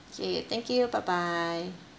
okay thank you bye bye